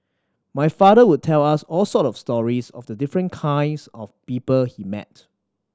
my father would tell us all sort of stories of the different kinds of people he met